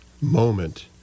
moment